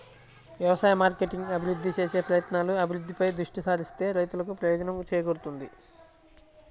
వ్యవసాయ మార్కెటింగ్ అభివృద్ధి చేసే ప్రయత్నాలు, అభివృద్ధిపై దృష్టి సారిస్తే రైతులకు ప్రయోజనం చేకూరుతుంది